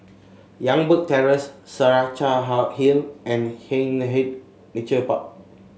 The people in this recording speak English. Youngberg Terrace Saraca How Hill and Hindhede Nature Park